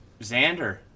Xander